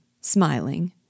smiling